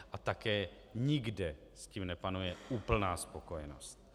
A také nikde s tím nepanuje úplná spokojenost.